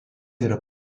yra